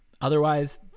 Otherwise